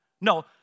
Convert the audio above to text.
No